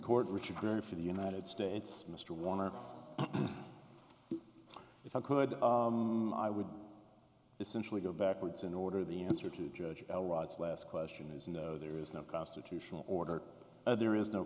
court richard perry for the united states mr warner if i could i would essentially go backwards and order the answer to judge bell rod's last question is no there is no constitutional order and there is no